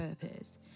purpose